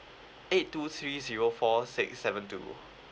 eight two three zero four six seven two